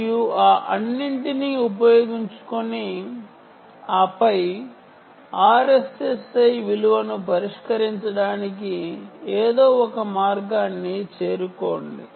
మరియు ఆ అన్నింటినీ ఉపయోగించుకుని ఆపై RSSI విలువను పరిష్కరించడానికి ఏదో ఒక మార్గానికి చేరుకోండి